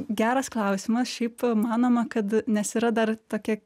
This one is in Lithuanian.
geras klausimas šiaip manoma kad nes yra dar tokia